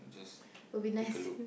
just take a look